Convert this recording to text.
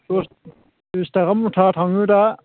दस बिस थाखा मुथा थाङो दा